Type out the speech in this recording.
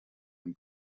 den